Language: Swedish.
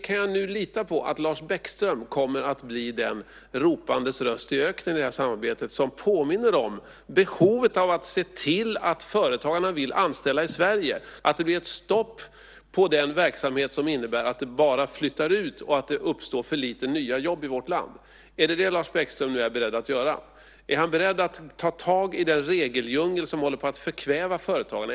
Kan jag nu lita på att Lars Bäckström kommer att bli en ropandes röst i öknen i det här samarbetet som påminner om behovet av att se till att företagarna vill anställa i Sverige och att det blir ett stopp på den verksamhet som innebär att jobb bara flyttas ut och att det uppstår för lite nya jobb i vårt land? Är det det Lars Bäckström nu är beredd att göra? Är han beredd att ta tag i den regeldjungel som håller på att förkväva företagarna?